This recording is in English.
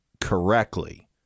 correctly